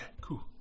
cool